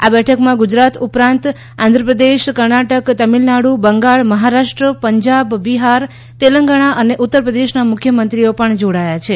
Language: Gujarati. આ બેઠકમાં ગુજરાત ઉપરાંત આંધ્રપ્રદેશ કર્ણાટક તમિલનાડુ બંગાળ મહારાષ્ટ્ર પંજાબ બિહાર તેલંગાણા અને ઉત્તરપ્રદેશના મુખ્યમંત્રીઓ જોડાયા છે